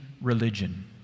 religion